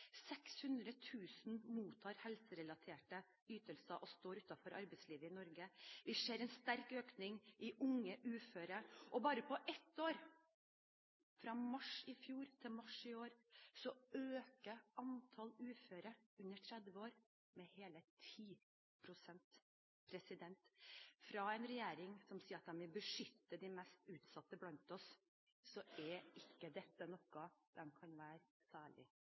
000 mottar helserelaterte ytelser og står utenfor arbeidslivet i Norge. Vi ser en sterk økning i unge uføre. Bare på ett år, fra mars i fjor til mars i år, økte antall uføre under 30 år med hele 10 pst. Fra en regjering som sier at den vil beskytte de mest utsatte blant oss, er ikke dette noe den kan være særlig